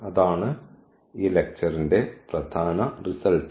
അതാണ് ഈ ലെക്ച്ചർന്റെ പ്രധാന റിസൾട്ട്